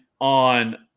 on